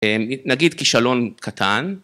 נגיד כישלון קטן.